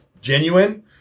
genuine